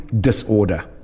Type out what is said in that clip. disorder